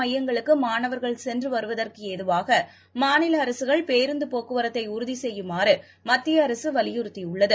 மையங்களுக்குமாணவர்கள் சென்றுவருவதற்குஏதுவாகமாநிலஅரசுகள் தேர்வு பேருந்துபோக்குவரத்தைஉறுதிசெய்யுமாறுமத்தியஅரசுவலியுறுத்தியுள்ளது